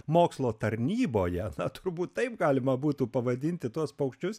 mokslo tarnyboje na turbūt taip galima būtų pavadinti tuos paukščius